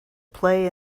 play